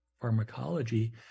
pharmacology